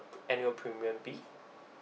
annual premium be